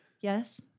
Yes